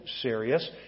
serious